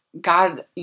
God